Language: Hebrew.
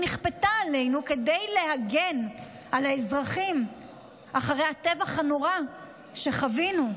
היא נכפתה עלינו כדי להגן על האזרחים אחרי הטבח הנורא שחווינו.